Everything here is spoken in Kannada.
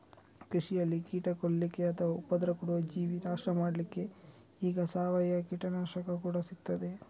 ಕೃಷಿನಲ್ಲಿ ಕೀಟ ಕೊಲ್ಲಿಕ್ಕೆ ಅಥವಾ ಉಪದ್ರ ಕೊಡುವ ಜೀವಿ ನಾಶ ಮಾಡ್ಲಿಕ್ಕೆ ಈಗ ಸಾವಯವ ಕೀಟನಾಶಕ ಕೂಡಾ ಸಿಗ್ತದೆ